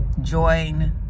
join